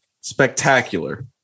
Spectacular